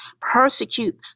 persecute